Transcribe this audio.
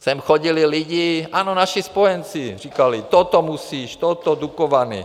Sem chodili lidi, ano, naši spojenci, říkali: toto musíš, toto, Dukovany.